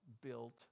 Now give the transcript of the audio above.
built